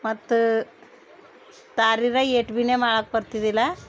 ಮತ್ತು ತಾರೀರ ಏಟ್ ಭಿನೆ ಮಾಡಕ್ಕೆ ಬರ್ತಿದ್ದಿಲ್ಲ